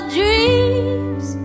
dreams